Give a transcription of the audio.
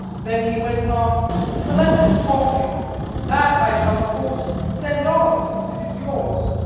then he went on the letter to hawkins that i shall, of course, send on, since it is yours.